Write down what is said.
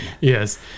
Yes